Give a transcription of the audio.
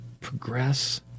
Progress